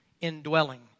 indwelling